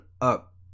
up